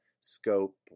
scope